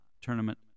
tournament